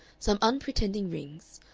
some unpretending rings,